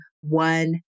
one